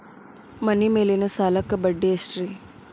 ಮನಿ ಮೇಲಿನ ಸಾಲಕ್ಕ ಬಡ್ಡಿ ಎಷ್ಟ್ರಿ?